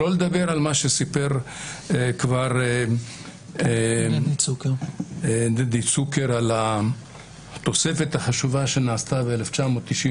שלא לדבר על מה שסיפר כבר דדי צוקר על התוספת החשובה שנעשתה ב-1994.